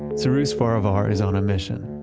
cyrus farivar is on a mission.